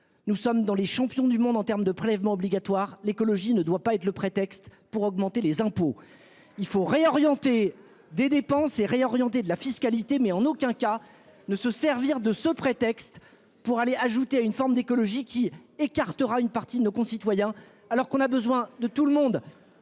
Nous sommes dans les champions du monde en termes de prélèvements obligatoires. L'écologie ne doit pas être le prétexte pour augmenter les impôts il faut réorienter des dépenses et réorienter de la fiscalité mais en aucun cas ne se servir de ce prétexte pour aller ajouter à une forme d'écologie qui écartera une partie de nos concitoyens. Alors qu'on a besoin de tout le monde